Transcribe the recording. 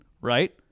right